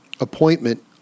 appointment